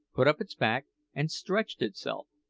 put up its back and stretched itself,